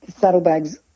saddlebags